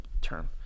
term